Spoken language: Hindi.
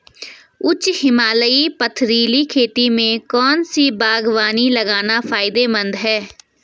उच्च हिमालयी पथरीली खेती में कौन सी बागवानी लगाना फायदेमंद है?